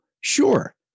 Sure